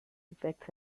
effects